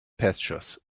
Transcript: pastures